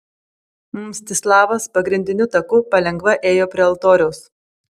mstislavas pagrindiniu taku palengva ėjo prie altoriaus